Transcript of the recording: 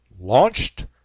launched